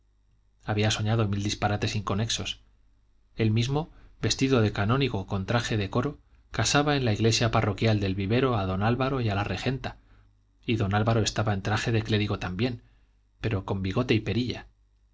había soñado mil disparates inconexos él mismo vestido de canónigo con traje de coro casaba en la iglesia parroquial del vivero a don álvaro y a la regenta y don álvaro estaba en traje de clérigo también pero con bigote y